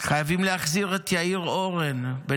יש פה משפחות שלמות שמחוברות.